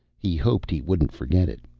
he hoped he wouldn't forget it.